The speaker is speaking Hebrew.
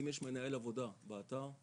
אם יש מנהל עבודה באתר,